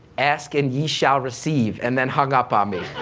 ask and ye shall receive and then hung up on me.